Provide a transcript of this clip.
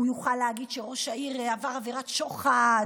הוא יוכל להגיד שראש העיר עבר עבירת שוחד,